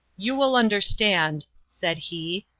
you will understand, said he,